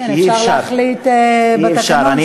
כן, אפשר להחליט בתקנון שלא, אי-אפשר.